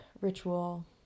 ritual